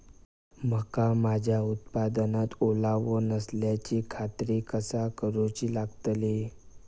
मका माझ्या उत्पादनात ओलावो नसल्याची खात्री कसा करुची लागतली?